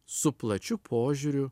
su plačiu požiūriu